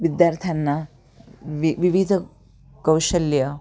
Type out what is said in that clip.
विद्यार्थ्यांना वि विविध कौशल्य